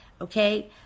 Okay